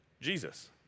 Jesus